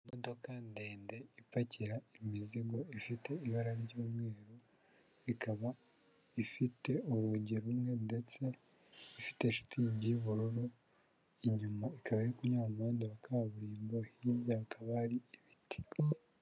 Imodoka ndende ipakira imizigo ifite ibara ry'umweru, ikaba ifite urugi rumwe ndetse ifite shitingi y'ubururu inyuma, ikaba iri kunyura mu muhanda wa kaburimbo, hirya hakaba hari ibiti.